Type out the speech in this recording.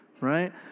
right